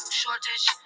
shortage